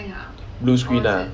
blue screen ah